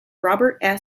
robert